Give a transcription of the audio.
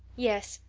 yes.